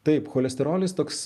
taip cholesterolis toks